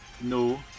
No